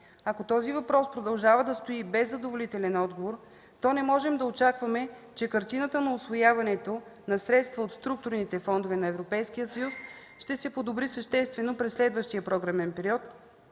Ако този въпрос продължава да стои без задоволителен отговор, то не можем да очакваме, че картината на усвояването на средства от структурните фондове на Европейския съюз ще се подобри съществено през следващия програмен период,